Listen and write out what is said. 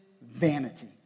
vanity